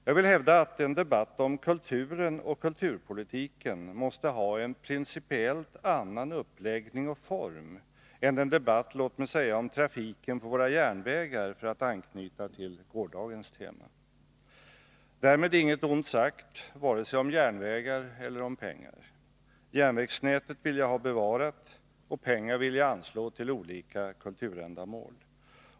Jag vill hävda att en debatt om kulturen och kulturpolitiken måste ha en principiellt annan uppläggning och form än en debatt om, låt mig säga, trafiken på våra järnvägar, för att anknyta till gårdagens tema. Därmed intet ont sagt om vare sig järnvägar eller pengar. Järnvägsnätet vill jag ha bevarat, och pengar vill jag anslå till olika kulturändamål.